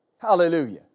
Hallelujah